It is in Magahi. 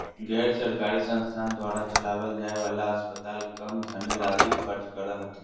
गैर सरकारी संस्थान द्वारा चलावल जाय वाला अस्पताल कम धन राशी खर्च करो हथिन